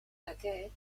aquest